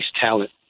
talent